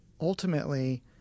ultimately